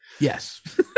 Yes